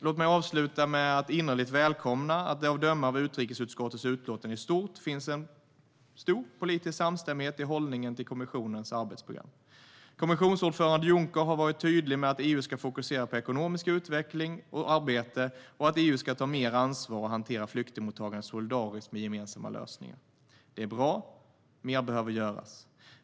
Låt mig avsluta med att innerligt välkomna att det, att döma av utrikesutskottets utlåtande i stort, finns en stor politisk samstämmighet i hållningen till kommissionens arbetsprogram. Kommissionsordförande Juncker har varit tydlig med att EU ska fokusera på ekonomisk utveckling och sysselsättning och att EU ska ta mer ansvar och hantera flyktingmottagandet solidariskt med gemensamma lösningar. Det är bra, men mer behöver göras.